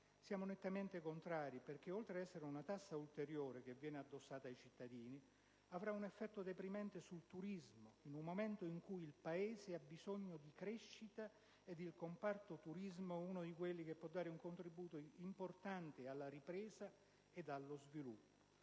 Siamo nettamente contrari perché, oltre ad essere una tassa ulteriore che viene addossata ai cittadini, avrà un effetto deprimente sul turismo, in un momento in cui il Paese ha bisogno di crescita ed il comparto del turismo è uno di quelli che può dare un contributo importante alla ripresa dello sviluppo.